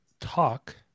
talk